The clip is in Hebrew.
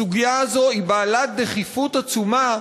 הסוגיה הזאת היא בעלת דחיפות עצומה,